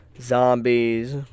Zombies